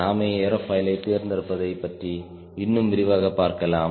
நாமே ஏரோபாயில் தேர்ந்தெடுப்பதை பற்றி இன்னும் விரிவாக பார்க்கலாம்